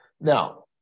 Now